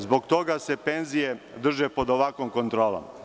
Zbog toga se penzije drže pod ovakvom kontrolom.